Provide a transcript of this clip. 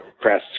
press